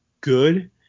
good